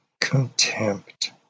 contempt